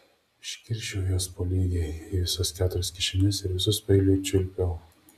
išskirsčiau juos po lygiai į visas keturias kišenes ir visus paeiliui čiulpiau